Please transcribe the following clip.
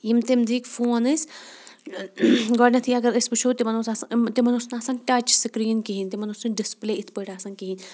یِم تمہِ دِۄہکھۍ فون ٲسۍ گۄڈٕنٮ۪تھٕےگر أسۍ وٕچھو تِمَن اوس آسان تِمَن اوس نہٕ آسان ٹچ سکریٖن کِہیٖنۍ تِمَن اوس نہٕ ڈِسپٕلے اِتھ پٲٹھۍ آسان کِہیٖنۍ